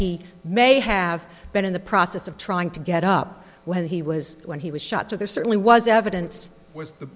he may have been in the process of trying to get up when he was when he was shot to there certainly was evidence was